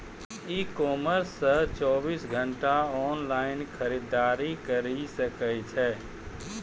ई commerce से चौबीस घंटा ऑनलाइन खरीदारी करी सकै छो